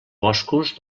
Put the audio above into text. boscos